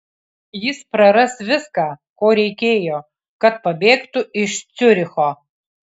jis praras viską ko reikėjo kad pabėgtų iš ciuricho